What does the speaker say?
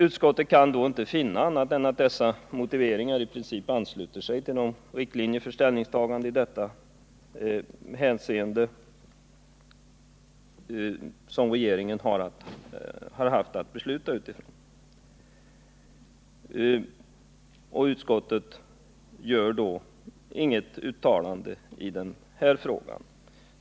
Utskottet kan inte finna annat än att regeringens motiveringar i princip ansluter sig till de riktlinjer för ställningstagande i detta hänseende som regeringen har haft att besluta utifrån. Utskottet gör då inget uttalande i frågan.